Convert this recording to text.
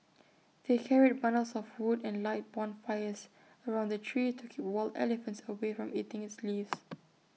they carried bundles of wood and light bonfires around the tree to keep wild elephants away from eating its leaves